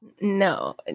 No